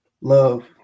love